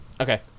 Okay